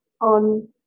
on